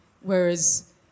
whereas